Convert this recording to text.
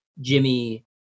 Jimmy